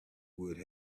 would